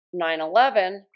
9-11